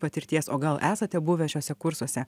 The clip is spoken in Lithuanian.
patirties o gal esate buvę šiuose kursuose